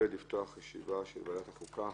אני מתכבד לפתוח ישיבה של ועדת החוקה,